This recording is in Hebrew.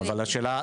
אבל השאלה,